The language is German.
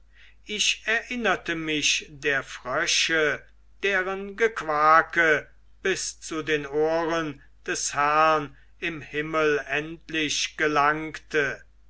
ich erinnerte mich der frösche deren gequake bis zu den ohren des herrn im himmel endlich gelangte